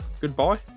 Goodbye